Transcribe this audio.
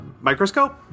microscope